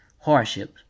hardships